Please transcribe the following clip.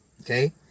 Okay